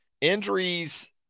injuries